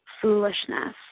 foolishness